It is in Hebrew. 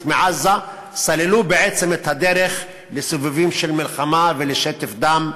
מעזה סללו בעצם את הדרך לסיבובים של מלחמה ולשטף דם.